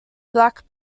black